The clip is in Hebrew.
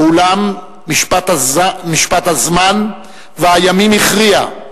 ואולם, משפט הזמן והימים הכריע,